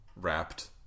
wrapped